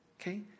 Okay